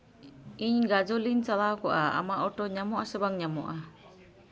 ᱤᱧ ᱜᱟᱡᱚᱞᱤᱧ ᱪᱟᱞᱟᱣ ᱠᱚᱜᱼᱟ ᱟᱢᱟᱜ ᱚᱴᱳ ᱧᱟᱢᱚᱜ ᱟᱥᱮ ᱵᱟᱝ ᱧᱟᱢᱚᱜᱼᱟ